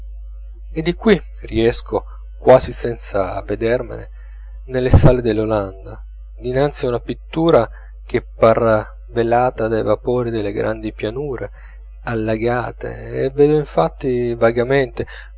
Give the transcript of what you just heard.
e di qui riesco quasi senza avvedermene nelle sale dell'olanda dinanzi a una pittura che par velata dai vapori delle grandi pianure allagate e vedo infatti vagamente